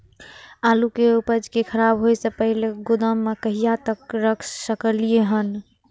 आलु के उपज के खराब होय से पहिले गोदाम में कहिया तक रख सकलिये हन?